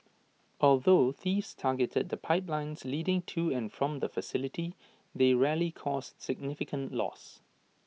although thieves targeted the pipelines leading to and from the facility they rarely caused significant loss